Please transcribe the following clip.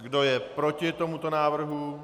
Kdo je proti tomuto návrhu?